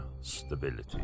stability